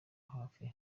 hafi